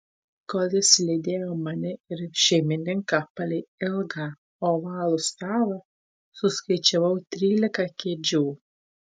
kol jis lydėjo mane ir šeimininką palei ilgą ovalų stalą suskaičiavau trylika kėdžių